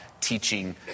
teaching